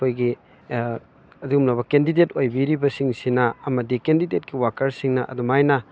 ꯑꯩꯈꯣꯏꯒꯤ ꯑꯗꯨꯒꯨꯝꯂꯕ ꯀꯦꯟꯗꯤꯗꯦꯠ ꯑꯣꯏꯕꯤꯔꯤꯕ ꯁꯤꯡꯁꯤꯅ ꯑꯃꯗꯤ ꯀꯦꯟꯗꯤꯗꯦꯠꯀꯤ ꯋꯥꯀꯔꯁꯤꯡꯅ ꯑꯗꯨꯃꯥꯏꯅ